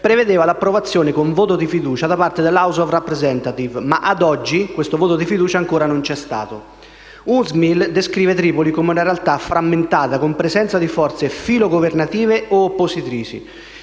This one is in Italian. prevedeva l'approvazione del Governo con voto di fiducia da parte dell'House of representatives, ma, ad oggi, questo voto di fiducia ancora non vi è stato. UNSMIL descrive Tripoli come una realtà frammentata, con presenza di forze filogovernative o oppositrici.